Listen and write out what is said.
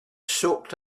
soaked